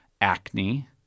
acne